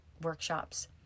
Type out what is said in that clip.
workshops